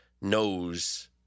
knows